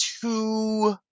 two